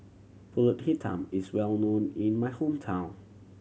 Pulut Hitam is well known in my hometown